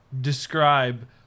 describe